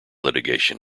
litigation